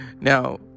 Now